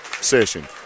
session